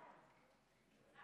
כן, כן.